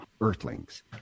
earthlings